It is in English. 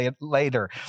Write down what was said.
later